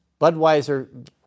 Budweiser